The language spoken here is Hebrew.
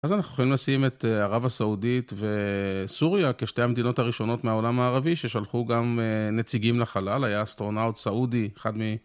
אז אנחנו יכולים לשים את ערב הסעודית וסוריה כשתי המדינות הראשונות מהעולם הערבי ששלחו גם נציגים לחלל, היה אסטרונאוט סעודי, אחד מ...